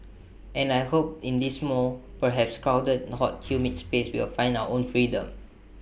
and I hope in this small perhaps crowded hot humid space we will find our own freedom